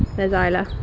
there's isla.